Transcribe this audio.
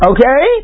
Okay